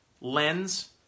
lens